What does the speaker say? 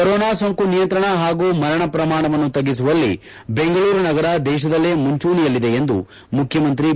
corona ಸೋಂಕು ನಿಯಂತ್ರಣ ಹಾಗೂ ಮರಣ ಪ್ರಮಾಣವನ್ನು ತ್ಗಿಸುವಲ್ಲಿ ಬೆಂಗಳೂರು ನಗರ ದೇಶದಲ್ಲೇ ಮುಂಚೂಣಿಯಲ್ಲಿದೆ ಎಂದು ಮುಖ್ಯಮಂತ್ರಿ ಬಿ